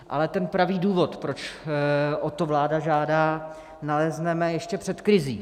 Ale ten pravý důvod, proč o to vláda žádá, nalezneme ještě před krizí.